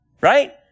right